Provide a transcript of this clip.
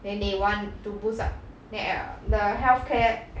then they want to boost up then err the healthcare